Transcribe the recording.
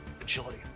Agility